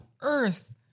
earth